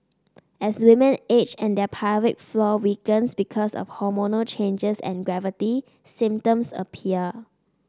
as women age and their pelvic floor weakens because of hormonal changes and gravity symptoms appear